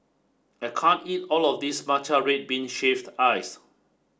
I can't eat all of this Matcha Red Bean Shaved Ice